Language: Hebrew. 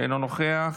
אינו נוכח,